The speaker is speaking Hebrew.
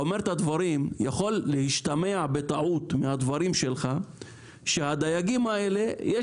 יכול להשתמע בטעות מן הדברים שלך שלדייגים האלה יש